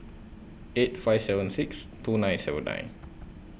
eight five seven six two nine seven nine